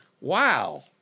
Wow